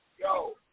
Yo